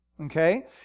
okay